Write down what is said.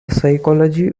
psychology